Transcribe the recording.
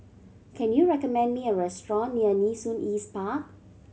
can you recommend me a restaurant near Nee Soon East Park